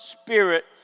spirit